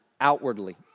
outwardly